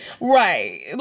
Right